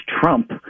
Trump